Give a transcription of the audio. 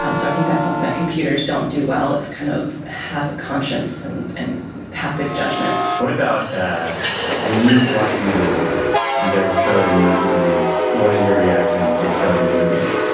um so i think that's something that computers don't do well. it's kind of have a conscience and and have good judgment what about when you watch movies and there is code in those movies? what is your reaction to code in movies?